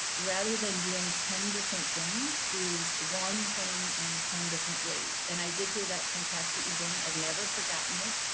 rather than doing ten different things, do one thing in ten different ways. and i did hear that from patsy egan, i've never forgotten it.